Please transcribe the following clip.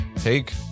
Take